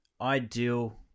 ideal